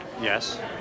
Yes